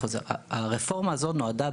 הרפורמה הזאת נועדה,